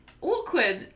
Awkward